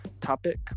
topic